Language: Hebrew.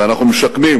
ואנחנו משקמים,